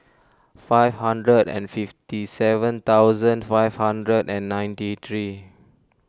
five hundred and fifty seven thousand five hundred and ninety three